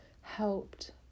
helped